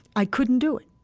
i couldn't do it,